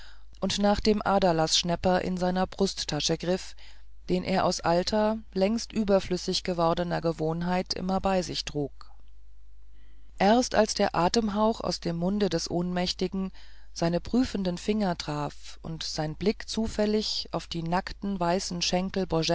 und nach den aderlaßschnepper in seiner brusttasche griff den er aus alter längst überflüssig gewordener gewohnheit immer bei sich trug erst als der atemhauch aus dem munde des ohnmächtigen seine prüfenden finger traf und sein blick zufällig auf die nackten weißen schenkel